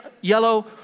yellow